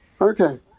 Okay